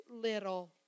little